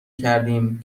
کردیم